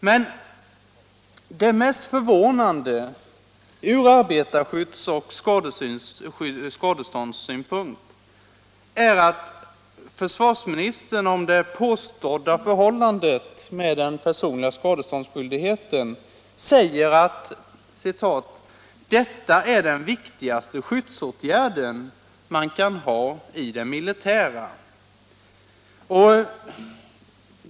Men det mest förvånande ur arbetarskydds och skadeståndssynpunkt är att försvarsministern om det påstådda förhållandet med den personliga skadeståndsskyldigheten säger att detta ”är den viktigaste skyddsåtgärden man kan ha i det militära”.